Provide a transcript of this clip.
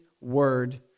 word